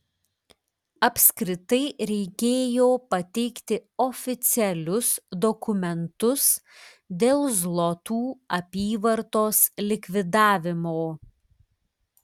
apskritai reikėjo pateikti oficialius dokumentus dėl zlotų apyvartos likvidavimo